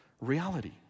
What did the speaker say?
Reality